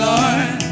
Lord